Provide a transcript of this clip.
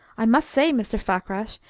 i must say, mr. fakrash,